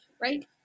right